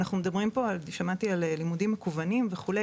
אנחנו מדברים פה על לימודים מקוונים וכולי